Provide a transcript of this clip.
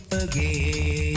again